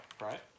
right